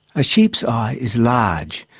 a sheep's eye is large.